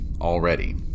already